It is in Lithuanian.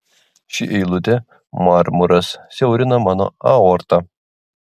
ši eilutė marmuras siaurina mano aortą